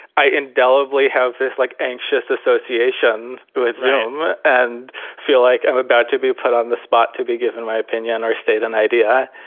i indelibly have this, like, anxious association with them and feel like i'm about to be put on the spot to be given my opinion or state an idea.